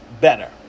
better